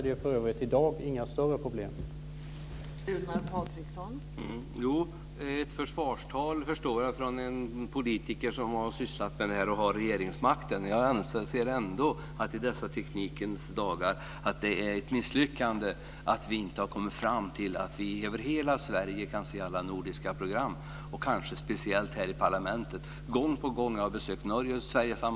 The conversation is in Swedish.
Det är i dag inga större problem mellan